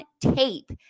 tape